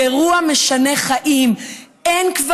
היא אירוע משנה חיים.